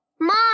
Mom